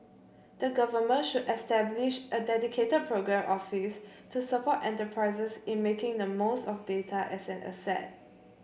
the Government should establish a dedicated programme office to support enterprises in making the most of data as an asset